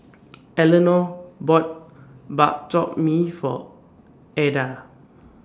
Eleanor bought Bak Chor Mee For Ada